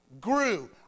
grew